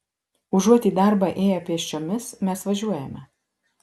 užuot į darbą ėję pėsčiomis mes važiuojame